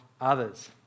others